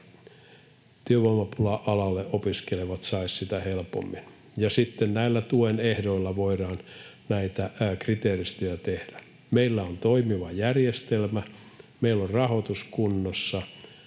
työvoimapula-alalle opiskelevat saisivat sitä helpommin. Sitten näillä tuen ehdoilla voidaan näitä kriteeristöjä tehdä. Kun meillä on toimiva järjestelmä, meillä on rahoitus kunnossa